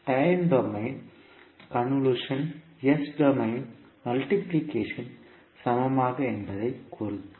time domain convolution S domain multiplication சமமாக என்பதை குறிக்கும்